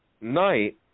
night